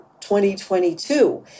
2022